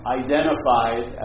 identified